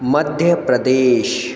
Madhya Pradesh